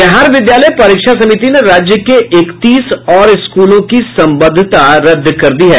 बिहार विद्यालय परीक्षा समिति ने राज्य के इकतीस और स्कूलों की संबद्धता रद्द कर दी है